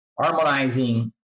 harmonizing